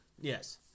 Yes